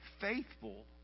faithful